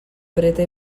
preta